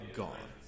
gone